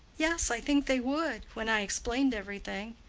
yes, i think they would, when i explained everything.